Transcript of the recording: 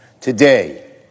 today